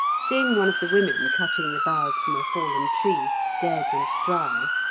seeing one of the women cutting the boughs from a fallen tree, dead and dry,